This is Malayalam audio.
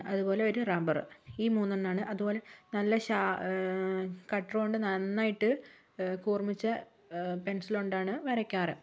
അതുപോലെ ഒരു റബ്ബറ് ഈ മൂന്നെണ്ണമാണ് അതുപോലെ നല്ല കട്ടറുകൊണ്ട് നന്നായിട്ട് കൂർമിച്ച പെൻസിലുകൊണ്ടാണ് വരയ്ക്കാറ്